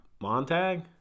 Montag